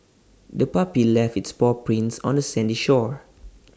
the puppy left its paw prints on the sandy shore